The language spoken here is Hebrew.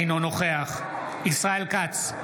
אינו נוכח ישראל כץ,